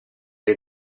dei